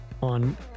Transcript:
on